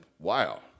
Wow